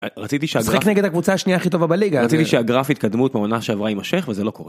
רציתי שחק נגד הקבוצה השנייה הכי טובה בליגה, רציתי שהגרף התקדמות בעונה שעברה יימשך וזה לא קורה.